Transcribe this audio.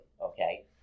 okay